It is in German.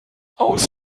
aus